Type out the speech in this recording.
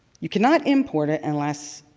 you cannot import it unless